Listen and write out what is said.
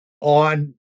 on